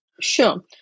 Sure